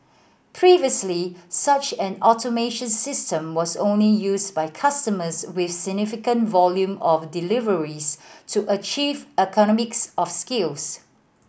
previously such an automation system was only used by customers with significant volume of deliveries to achieve economics of scales